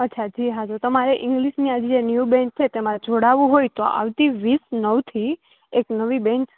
અચ્છા જીહા તો તમારે ઈંગ્લીશની જે આ ન્યુ બેન્ચ છે તમારે જોડાવું હોય તો આવતી વીસ નવથી એક નવી બેન્ચ